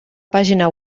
pàgina